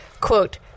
quote